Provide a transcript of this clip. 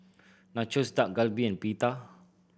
Nachos Dak Galbi and Pita